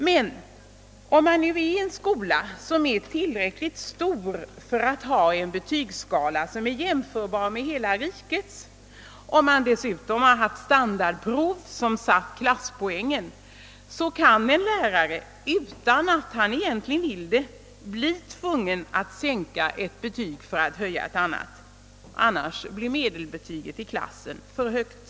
I en skola där man haft standardprov, som fastställt klasspoängen, kan en lärare om skolan är tillräckligt stor för att ha en betygsskala jämförbar med hela rikets bli tvungen att — utan att egentligen vilja det — sänka ett betyg för att få höja ett annat. Annars hade nämligen medelbetyget i klassen blivit för högt.